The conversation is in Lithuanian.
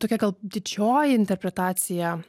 tokia gal didžioji interpretacija